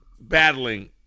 battling